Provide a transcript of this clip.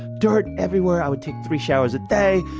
dirt everywhere, i would take three showers a day.